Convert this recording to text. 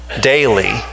daily